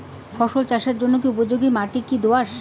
ফসল চাষের জন্য উপযোগি মাটি কী দোআঁশ?